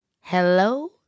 Hello